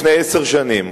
לפני עשר שנים.